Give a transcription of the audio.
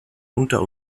unter